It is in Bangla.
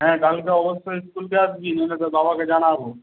হ্যাঁ কালকে অবশ্যই স্কুলে আসবি নাহলে তোর বাবাকে জানাবো